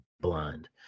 blind